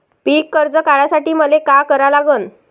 पिक कर्ज काढासाठी मले का करा लागन?